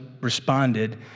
responded